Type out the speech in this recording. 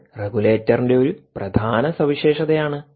അത് റെഗുലേറ്ററിന്റെ ഒരു പ്രധാന സവിശേഷതയാണ്